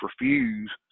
refuse